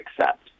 accept